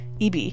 EB